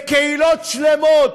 לקהילות שלמות,